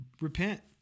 repent